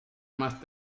más